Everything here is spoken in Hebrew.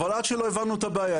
אבל עד שלא הבנו את הבעיה,